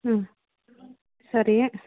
ಹ್ಞೂ ಸರಿ